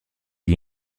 gli